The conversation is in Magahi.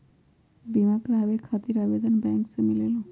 बिमा कराबे खातीर आवेदन बैंक से मिलेलु?